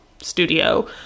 studio